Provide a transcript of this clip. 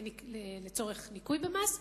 לצורך ניכוי במס,